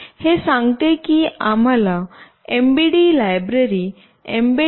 हे सांगते की आम्हाला mbd लायब्ररी mbed